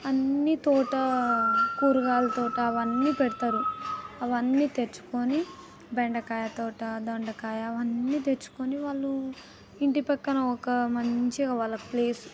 అన్ని తోట కూరగాయల తోట అవన్నీ పెడతారు అవన్నీ తెచ్చుకొని బెండకాయ తోట దొండకాయ అవన్నీ తెచ్చుకొని వాళ్ళు ఇంటి ప్రక్కన ఒక మంచిగ వాళ్ళ ప్లేస్